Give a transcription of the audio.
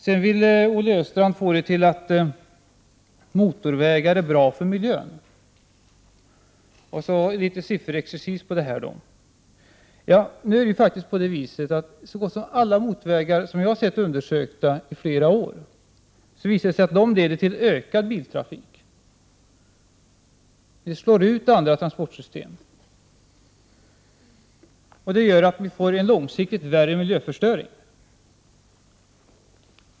Olle Östrand fick det till att motorvägar är bra för miljön. Sedan framförde han litet sifferexercis. Så gott som alla motorvägar som jag vet har blivit undersökta under flera år leder till ökad biltrafik. De slår ut andra transportsystem, vilket leder till att vi långsiktigt får en värre miljöförstöring.